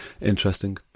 Interesting